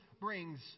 brings